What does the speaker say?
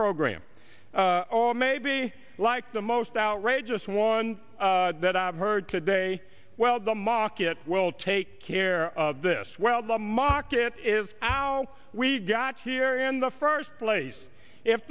program or maybe like the most outrageous one that i've heard today well the market will take care of this well the market is how we got here in the first place if